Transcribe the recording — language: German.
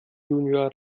junior